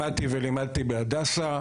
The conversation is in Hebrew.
למדתי ולימדתי בהדסה,